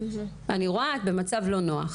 אני רואה שאת במצב לא נוח.